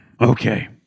Okay